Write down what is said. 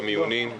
במיונים,